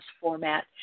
format